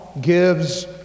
gives